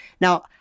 Now